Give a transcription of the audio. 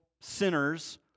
sinners